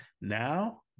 Now